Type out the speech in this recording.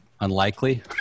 unlikely